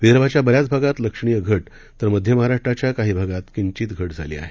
विदर्भाच्या बऱ्याच भागात लक्षणीय घट तर मध्य महाराष्ट्राच्या काही भागात किंचित घट झाली आहे